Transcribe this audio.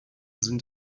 sind